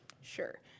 Sure